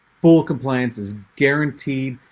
full compliance is guaranteed.